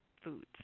foods